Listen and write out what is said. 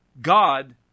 God